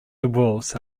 dwarfs